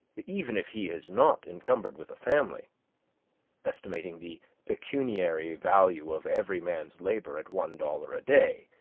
even if he is not encumbered with a family estimating the pecuniary value of every man's labor at one dollar a day,